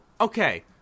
okay –